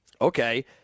okay